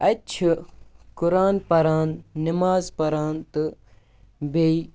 اَتہِ چھِ قُران پران نٮ۪ماز پران تہٕ بیٚیہِ